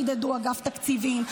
חידדו אגף תקציבים,